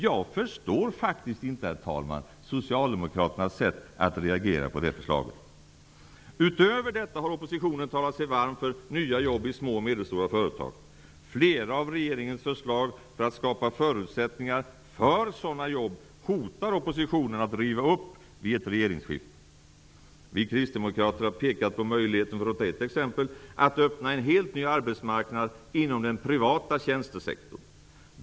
Jag förstår faktiskt inte, herr talman, socialdemokraternas sätt att reagera på ett sådant förslag. Utöver detta har oppositionen talat sig varm för nya jobb i små och medelstora företag. Flera av regeringens förslag för att skapa förutsättningar för sådana jobb hotar oppositionen att riva upp vid ett regeringsskifte. Vi kristdemokrater har pekat på möjligheten -- för att ta ett exempel -- att öppna en helt ny arbetsmarknad inom den privata tjänstesektorn.